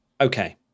Okay